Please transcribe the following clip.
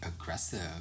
aggressive